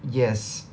yes